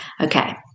Okay